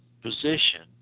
position